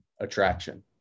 attraction